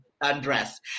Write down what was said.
undress